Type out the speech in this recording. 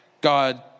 God